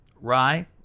rye